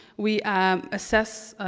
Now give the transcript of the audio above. we assess